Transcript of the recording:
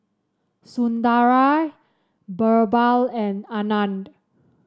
Sundaraiah BirbaL and Anand